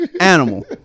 animal